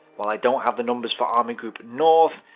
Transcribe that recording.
while i don't have the numbers for army group north,